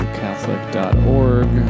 catholic.org